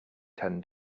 ten